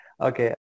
Okay